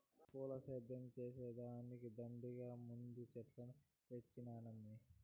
పూల సేద్యం చేసే దానికి దండిగా మందు చెట్లను తెచ్చినానమ్మీ